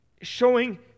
showing